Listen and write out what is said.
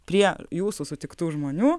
prie jūsų sutiktų žmonių